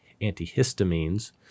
antihistamines